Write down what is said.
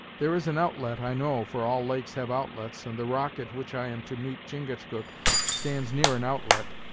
there is an outlet, i know, for all lakes have outlets, and the rock at which i am to meet chingachgook stands near an outlet.